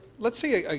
let's see. yeah like